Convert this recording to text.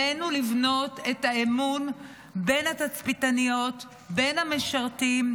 עלינו לבנות את האמון בין התצפיתניות, המשרתים,